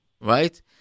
right